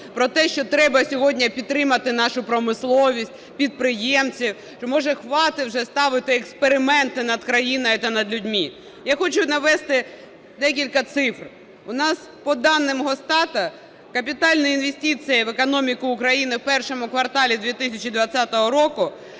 про те, що треба сьогодні підтримати нашу промисловість, підприємців, що, може, хватить вже ставити експерименти над країною та над людьми. Я хочу навести декілька цифр. У нас по даним Госстата, капітальні інвестиції в економіку України в І кварталі 2020 року